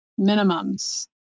minimums